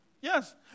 Yes